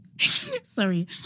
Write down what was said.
Sorry